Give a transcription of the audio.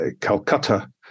Calcutta